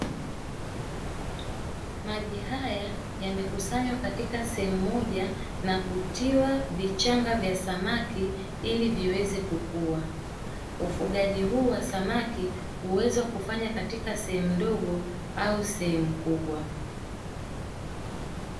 Maji haya yamekusanywa katika sehemu moja na kutiwa vichanga vya samaki ili viweze kukua, ufugaji huu wa samaki huweza kufanywa katika sehemu ndogo au sehemu kubwa.